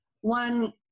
one